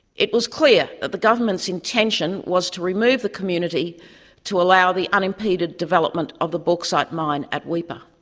it was clear that the government's intention was to remove the community to allow the unimpeded development of the bauxite mine at weipa.